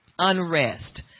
unrest